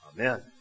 Amen